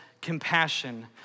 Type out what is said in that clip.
compassion